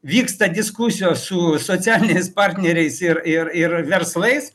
vyksta diskusijos su socialiniais partneriais ir ir ir verslais